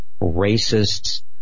racists